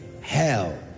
hell